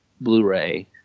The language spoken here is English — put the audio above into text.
Blu-ray